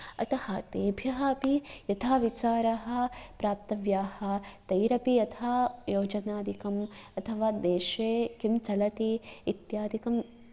अतः तेभ्यः अपि यथा विचाराः प्राप्तव्याः तैरपि यथा योचनादिकं अथवा देशे किं चलति इत्यादिकं